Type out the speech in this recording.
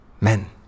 men